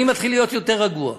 אני מתחיל להיות יותר רגוע,